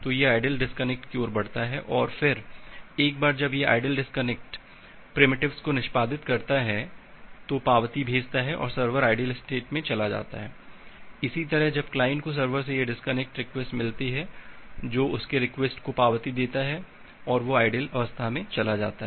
तो यह ideal disconnect की ओर बढ़ता है फिर एक बार जब यह डिस्कनेक्ट प्रिमिटिवस को निष्पादित करता है पावती भेजता है सर्वर आइडियल अवस्था में चला जाता है इसी तरह जब क्लाइंट को सर्वर से यह डिसकनेक्शन रिक्वेस्ट मिलती है जो उसके रिक्वेस्ट को पावती देता है और वह आइडियल अवस्था में चला जाता है